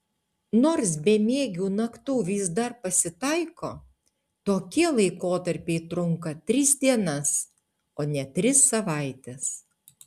nors bemiegių naktų vis dar pasitaiko tokie laikotarpiai trunka tris dienas o ne tris savaites